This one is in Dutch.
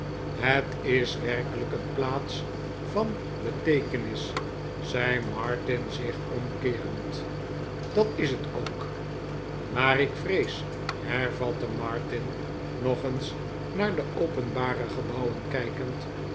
het is werkelijk een plaats van beteekenis zei martin zich omkeerend dat is het ook maar ik vrees hervatte martin nog eens naar de openbare gebouwen kijkend